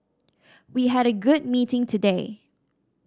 we had a good meeting today